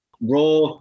Raw